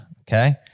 Okay